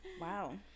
Wow